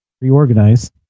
reorganize